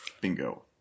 Bingo